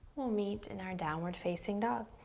we'll meet in our downward facing dog.